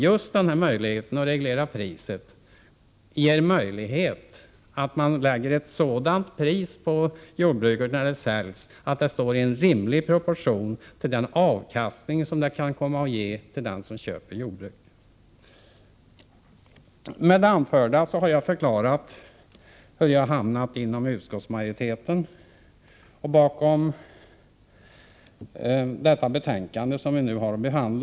Just möjligheten att reglera priset gör att man kan sätta ett sådant pris på en jordbruksfastighet att det står i rimlig proportion till den avkastning som fastigheten kan ge köparen. Herr talman! Med det anförda har jag förklarat hur jag har hamnat inom majoriteten bakom detta utskottsbetänkande.